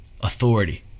authority